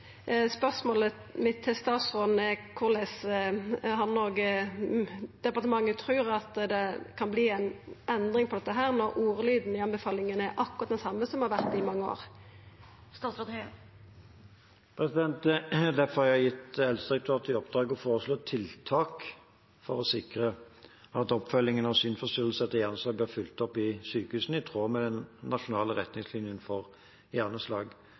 spørsmålet mitt til statsråden er korleis han og departementet trur at det kan verta ei endring på dette, når ordlyden i anbefalinga er akkurat den same som han har vore i mange år? Det er derfor jeg har gitt Helsedirektoratet i oppdrag å foreslå tiltak for å sikre at oppfølgingen av synsforstyrrelser etter hjerneslag blir fulgt opp i sykehusene, i tråd med den nasjonale retningslinjen for hjerneslag.